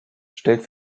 stellt